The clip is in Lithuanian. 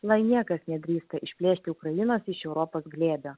lai niekas nedrįsta išplėšti ukrainos iš europos glėbio